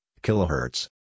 kilohertz